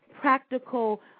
practical